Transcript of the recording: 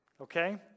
Okay